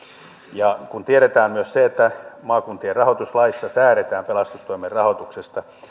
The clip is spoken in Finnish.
ja kun tiedetään myös se että maakuntien rahoituslaissa säädetään pelastustoimen rahoituksesta